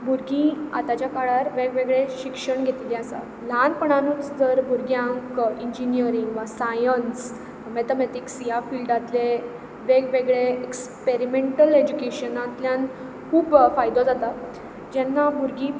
भुरगीं आतांच्या काळार वेगवेगळे शिक्षण घेतिल्ली आसा ल्हानपणानच जर भुरग्यांक इंजीनियरींग वा सायन्स मेथमेतीक्स ह्या फिल्डांतलें वेगवेगळे एक्सपरीमेंटल एडूकेशनांतल्यान खूब फायदो जाता जेन्ना भुरगीं